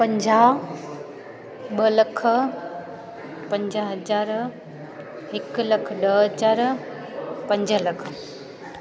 पंजाहु ॿ लख पंज हज़ार हिकु लख ॾह हज़ार पंज लख